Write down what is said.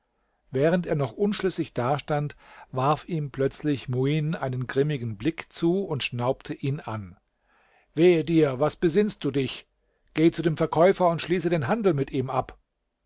während er noch unschlüssig dastand warf ihm plötzlich muin einen grimmigen blick zu und schnaubte ihn an wehe dir was besinnst du dich geh zu dem verkäufer und schließe den handel mit ihm ab